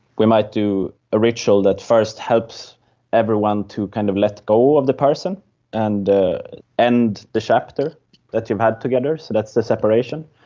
we might do a ritual that first helps everyone to kind of let go of the person and end the chapter that you've had together, so that's the separation.